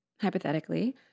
hypothetically